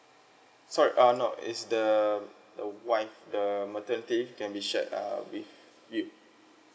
sorry uh no is the the wife the maternity can be shared err with you